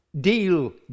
deal